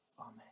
amen